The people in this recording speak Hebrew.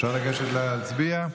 אפשר לגשת להצביע?